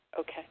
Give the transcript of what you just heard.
Okay